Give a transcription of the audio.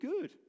good